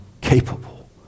capable